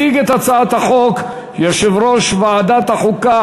יציג את הצעת החוק יושב-ראש ועדת החוקה,